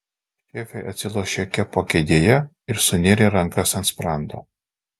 šefė atsilošė kepo kėdėje ir sunėrė rankas ant sprando